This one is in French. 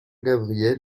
gabriel